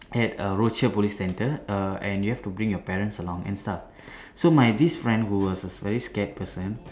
at err Rochor police center err and you have to bring your parents along and stuff so my this friend who was a very scared person